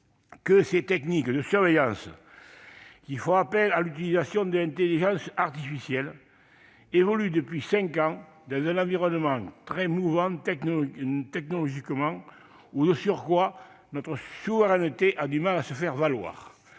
que ces techniques de surveillance, qui font appel à l'utilisation de l'intelligence artificielle, évoluent depuis cinq ans dans un environnement très mouvant sur le plan technologique et dans lequel, de surcroît, notre souveraineté a du mal à se faire valoir.